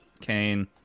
Kane